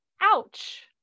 ouch